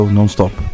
Non-Stop